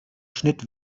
schnitt